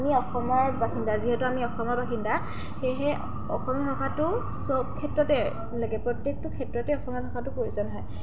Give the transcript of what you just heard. আমি অসমৰ বাসিন্দা যিহেতু আমি অসমৰ বাসিন্দা সেয়েহে অসমীয়া ভাষাটো চব ক্ষেত্ৰতে লাগে প্ৰত্যেকটো ক্ষেত্ৰতে অসমীয়া ভাষাটো প্ৰয়োজন হয়